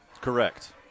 Correct